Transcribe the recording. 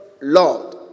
Lord